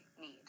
need